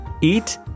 eat